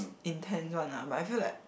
intense one ah but I feel like